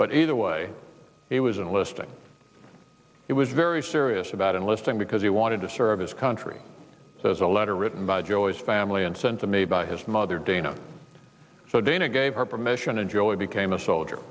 but either way it was enlisting it was very serious about enlisting because he wanted to serve his country as a letter written by joyce family and sent to me by his mother dana so dana gave her permission to jolie became a soldier